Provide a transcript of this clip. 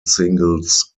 singles